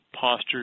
posture